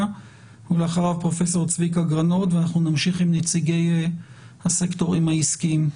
ואחריו פרופ' צביקה גרנות ואנחנו נמשיך עם נציגי הסקטורים העסקיים.